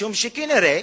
משום שכנראה